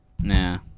Nah